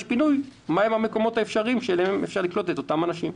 פינוי מה הם המקומות האפשריים שבהם אפשר לקלוט את אותם אנשים.